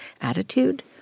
attitude